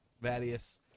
Vadius